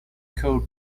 cold